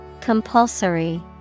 Compulsory